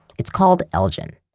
it's called elgin.